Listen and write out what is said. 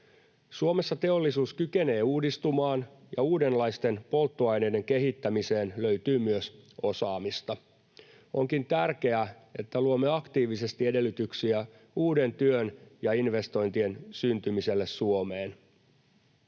Suomessa teollisuus kykenee uudistumaan ja uudenlaisten polttoaineiden kehittämiseen löytyy myös osaamista. Onkin tärkeää, että luomme aktiivisesti edellytyksiä uuden työn ja investointien syntymiselle Suomeen.